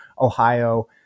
Ohio